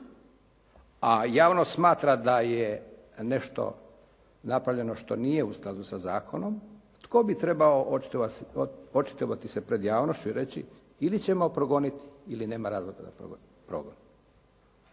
a javnost smatra da je nešto napravljeno što nije u skladu sa zakonom, tko bi trebao očitovati se pred javnošću i reći ili ćemo progoniti ili nema razloga za progon.